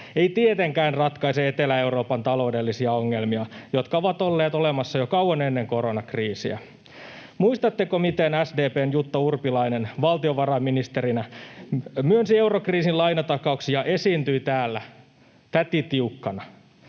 ei tietenkään ratkaise Etelä-Euroopan taloudellisia ongelmia, jotka ovat olleet olemassa jo kauan ennen koronakriisiä. Muistatteko, miten SDP:n Jutta Urpilainen valtiovarainministerinä myönsi eurokriisiin lainatakauksia ja esiintyi täällä Täti Tiukkana?